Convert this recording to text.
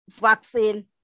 vaccine